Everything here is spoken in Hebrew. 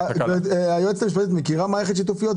היועצת המשפטית מכירה מערכת שיתופיות?